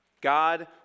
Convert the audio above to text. God